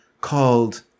called